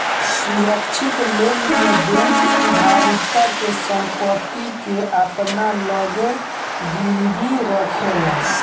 सुरक्षित लोन में बैंक उधारकर्ता के संपत्ति के अपना लगे गिरवी रखेले